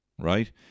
right